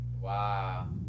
Wow